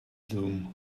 zoom